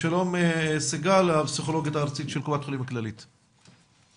קופת חולים כללית, בבקשה.